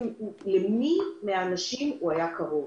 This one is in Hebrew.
למי מהאנשים הוא היה קרוב.